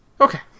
Okay